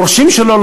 היורשים שלו,